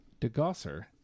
DeGosser